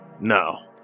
No